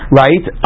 right